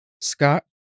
Scott